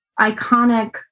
iconic